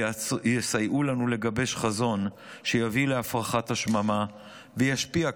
ויעצרו ויסייעו לנו לגבש חזון שיביא להפרחת השממה וישפיע,